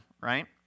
right